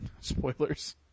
Spoilers